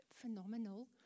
phenomenal